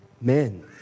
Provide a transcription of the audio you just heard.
men